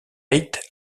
ait